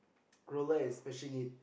roll out and smashing it